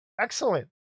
Excellent